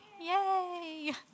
Yay